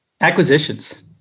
acquisitions